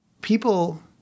people